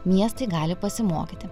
miestai gali pasimokyti